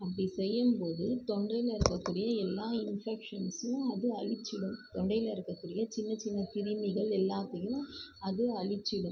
அப்படி செய்யும்போது தொண்டையில் இருக்கக்கூடிய எல்லா இன்ஃபெக்ஷன்ஸும் அது அழித்திடும் தொண்டையில் இருக்கக்கூடிய சின்னச் சின்ன கிருமிகள் எல்லாத்தையும் அது அழித்திடும்